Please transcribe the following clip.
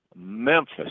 memphis